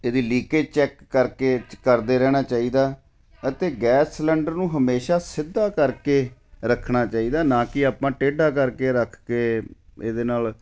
ਇਹਦੀ leakage check ਕਰਕੇ ਕਰਦੇ ਰਹਿਣਾ ਚਾਹੀਦਾ ਅਤੇ ਗੈਸ ਸਿਲੰਡਰ ਨੂੰ ਹਮੇਸ਼ਾ ਸਿੱਧਾ ਕਰਕੇ ਰੱਖਣਾ ਚਾਹੀਦਾ ਨਾ ਕਿ ਆਪਾਂ ਟੇਢਾ ਕਰਕੇ ਰੱਖ ਕੇ ਇਹਦੇ ਨਾਲ